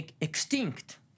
extinct